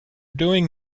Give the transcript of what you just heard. doing